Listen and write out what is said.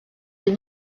des